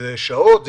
זה שעות?